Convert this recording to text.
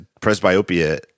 Presbyopia